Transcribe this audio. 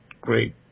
great